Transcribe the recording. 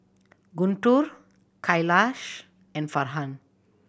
Guntur Khalish and Farhan